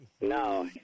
No